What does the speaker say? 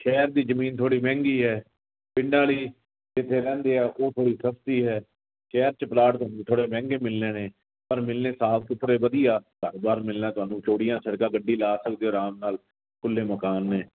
ਸ਼ਹਿਰ ਦੀ ਜ਼ਮੀਨ ਥੋੜ੍ਹੀ ਮਹਿੰਗੀ ਹੈ ਪਿੰਡਾਂ ਵਾਲੀ ਰਹਿੰਦੇ ਆ ਉਹ ਥੋੜ੍ਹੀ ਸਸਤੀ ਹੈ ਸ਼ਹਿਰ 'ਚ ਪਲਾਟ ਨੂੰ ਥੋੜ੍ਹੇ ਮਹਿੰਗੇ ਮਿਲਣੇ ਨੇ ਪਰ ਮਿਲਣੇ ਸਾਫ਼ ਸੁਥਰੇ ਵਧੀਆ ਘਰ ਬਾਰ ਮਿਲਣਾ ਤੁਹਾਨੂੰ ਚੌੜੀਆਂ ਸੜਕਾਂ ਗੱਡੀ ਲਾ ਸਕਦੇ ਆਰਾਮ ਨਾਲ ਖੁੱਲ੍ਹੇ ਮਕਾਨ ਨੇ